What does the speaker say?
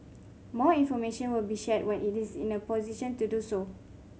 more information will be shared when it is in a position to do so